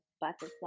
butterfly